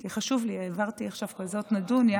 כי חשוב לי, העברתי עכשיו כזאת נדוניה.